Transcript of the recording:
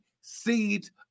seeds